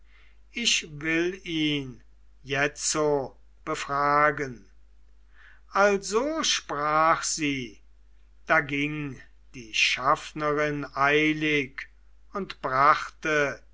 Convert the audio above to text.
ich will ihn jetzo befragen also sprach sie da ging die schaffnerin eilig und brachte